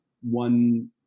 one